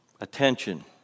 Attention